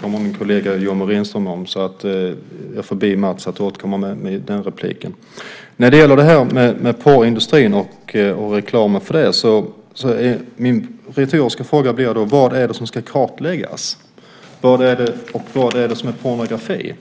kommer min kollega Yoomi Renström att tala om. Jag får be Mats återkomma med den frågan. När det gäller porrindustrin och reklamen för den blir min retoriska fråga: Vad är det som ska kartläggas och vad är det som är pornografi?